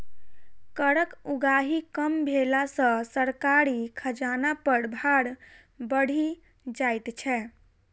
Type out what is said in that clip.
करक उगाही कम भेला सॅ सरकारी खजाना पर भार बढ़ि जाइत छै